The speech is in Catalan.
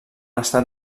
estat